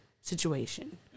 situation